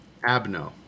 Abno